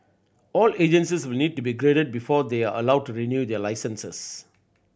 all agencies will need to be graded before they are allowed to renew their licences